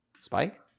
Spike